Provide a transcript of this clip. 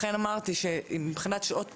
לכן אמרתי שמבחינת שעות פעילות,